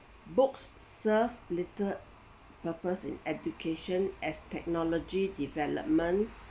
books serve little purpose in education as technology development